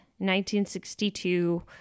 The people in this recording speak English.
1962